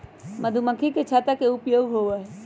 मधुमक्खी के छत्ता के का उपयोग होबा हई?